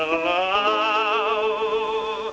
oh